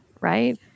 right